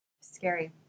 Scary